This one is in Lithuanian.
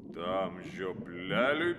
tam žiopleliui